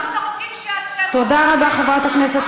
תכבדו